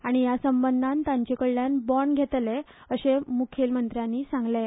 आनी ह्या संबंदान तांचे कडल्यान बोंड घेतले अशें मुखेलमंत्र्यांनी सांगलें